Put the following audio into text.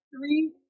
three